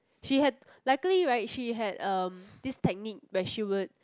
she had luckily right she had um this technique where she would